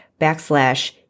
backslash